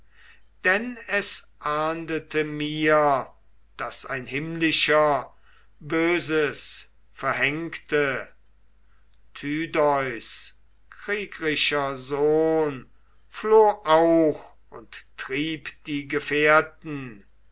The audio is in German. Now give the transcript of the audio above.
denn es ahndete mir daß ein himmlischer böses verhängte tydeus kriegrischer sohn floh auch und trieb die gefährten